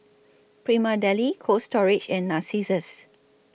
Prima Deli Cold Storage and Narcissus